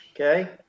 Okay